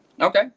Okay